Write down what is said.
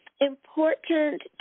important